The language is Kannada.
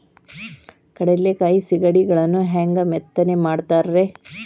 ಕಡಲೆಕಾಯಿ ಸಿಗಡಿಗಳನ್ನು ಹ್ಯಾಂಗ ಮೆತ್ತನೆ ಮಾಡ್ತಾರ ರೇ?